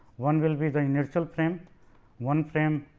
one will be the inertial frame one frame